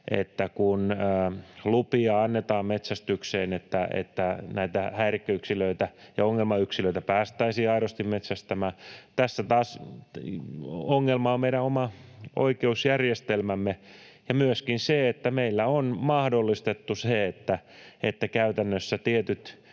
että kun lupia annetaan metsästykseen, niin näitä häirikköyksilöitä ja ongelmayksilöitä päästäisiin aidosti metsästämään. Tässä taas ongelmana on meidän oma oikeusjärjestelmämme ja myöskin se, että meillä on mahdollistettu se, että käytännössä tietty